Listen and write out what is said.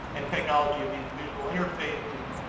and technology of these, visual interfaces.